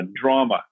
drama